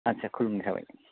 आदसा खुलुमनाय थाबाय